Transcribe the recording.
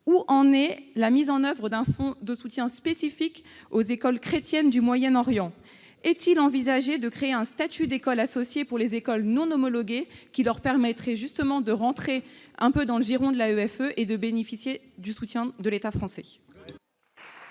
Où en est la mise en oeuvre d'un fonds de soutien spécifique aux écoles chrétiennes du Moyen-Orient ? Enfin, est-il envisagé de créer un statut d'école associée pour les écoles non homologuées, qui leur permettrait justement d'entrer un peu dans le giron de l'Agence pour l'enseignement français à